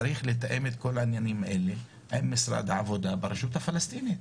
צריך לתאם את כל העניינים עם משרד העבודה ברשות הפלסטינית.